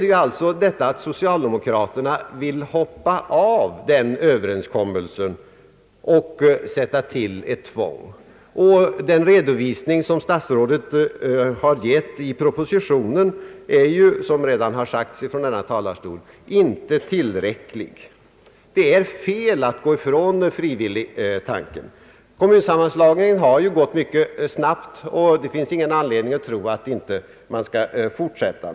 Men nu vill alltså socialdemokraterna hoppa av från Ööverenskommelsen och sätta in tvång. Den redovisning som statsrådet givit i propositionen är, vilket redan sagts från denna talarstol, inte tillräcklig. Det är fel att gå ifrån frivilligtanken. Kommunsammanslagningen har gått mycket snabbt, och det finns ingen anledning att tro att den inte skall fortsätta.